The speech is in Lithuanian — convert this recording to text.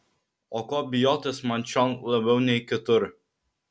o ko bijotis man čion labiau nei kitur